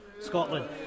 Scotland